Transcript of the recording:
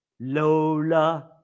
Lola